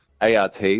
art